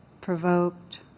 provoked